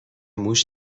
موش